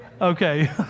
okay